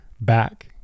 back